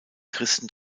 christen